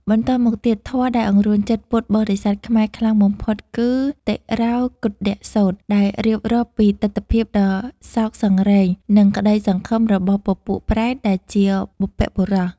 បន្តមកទៀត ធម៌ដែលអង្រួនចិត្តពុទ្ធបរិស័ទខ្មែរខ្លាំងបំផុតគឺ តិរោកុឌ្ឍសូត្រ ដែលរៀបរាប់ពីទិដ្ឋភាពដ៏សោកសង្រេង និងក្ដីសង្ឃឹមរបស់ពពួកប្រេតដែលជាបុព្វបុរស។